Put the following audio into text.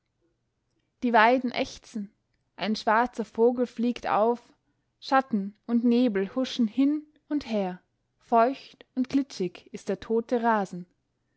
die weiden ächzen ein schwarzer vogel fliegt auf schatten und nebel huschen hin und her feucht und glitschig ist der tote rasen